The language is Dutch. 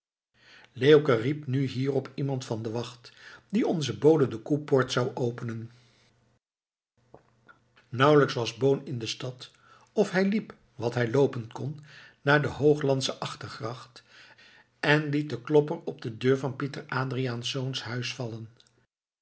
leeuwke riep nu hierop iemand van de wacht die onzen bode de koepoort zou openen nauwelijks was boon in de stad of hij liep wat hij loopen kon naar de hooglandsche achtergracht en liet den klopper op de deur van pieter adriaensz huis vallen